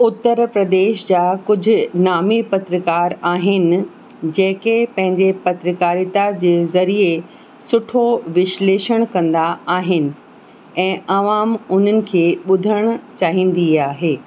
उतर प्रदेश जा कुझु नामी पत्रकार आहिनि जेके पैंजे पत्रकारिता जे ज़रिए सुठो विशलेषण कंदा आहिनि ऐं अवाम उन्हनि खे ॿुधणु चाहींदी आहे